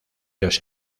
los